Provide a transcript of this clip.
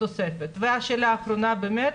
והשאלה האחרונה באמת.